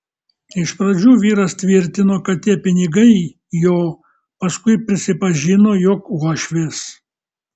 iš pradžių vyras tvirtino kad tie pinigai jo paskui prisipažino jog uošvės